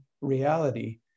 reality